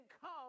come